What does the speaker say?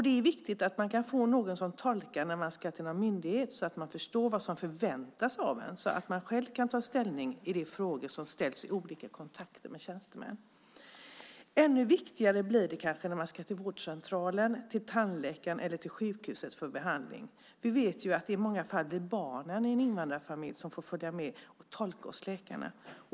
Det är viktigt att man kan få någon som tolkar när man ska till en myndighet så att man förstår vad som förväntas av en och så att man själv kan ta ställning i de frågor som ställs i olika kontakter med tjänstemän. Ännu viktigare blir det kanske när man ska till vårdcentralen, tandläkaren eller sjukhuset för behandling. Vi vet ju att det i många fall blir barnen i en invandrarfamilj som får följa med och tolka hos läkaren.